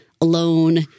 alone